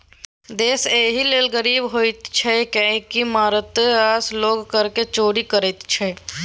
देश एहि लेल गरीब होइत छै किएक मारिते रास लोग करक चोरि करैत छै